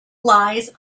lies